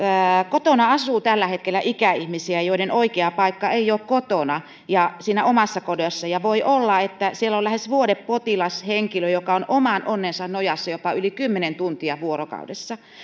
kotona asuu tällä hetkellä ikäihmisiä joiden oikea paikka ei ole kotona ja siinä omassa kodissa ja voi olla että siellä on lähes vuodepotilashenkilö joka on oman onnensa nojassa jopa yli kymmenen tuntia vuorokaudessa